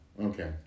Okay